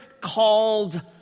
called